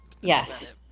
Yes